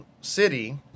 city